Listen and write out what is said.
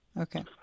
Okay